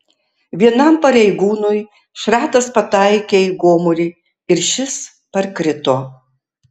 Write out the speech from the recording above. vienam pareigūnui šratas pataikė į gomurį ir šis parkrito